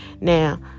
Now